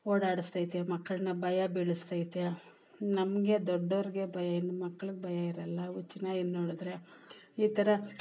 ಓಡಾಡಿಸ್ತೈತೆ ಮಕ್ಕಳನ್ನ ಭಯ ಬೀಳಿಸ್ತೈತೆ ನಮಗೆ ದೊಡ್ಡವ್ರಿಗೆ ಭಯ ಇನ್ನು ಮಕ್ಕಳಿಗೆ ಭಯ ಇರಲ್ಲ ಹುಚ್ಚು ನಾಯಿನ ನೋಡಿದರೆ ಈ ಥರ